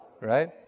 right